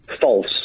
False